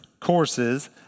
courses